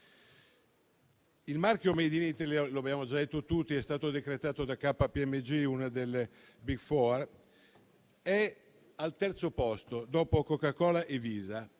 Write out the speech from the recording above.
Il marchio *made in Italy* - lo abbiamo già detto tutti - è stato decretato da KPMG, una delle *big four*, al terzo posto, dopo Coca-Cola e Visa.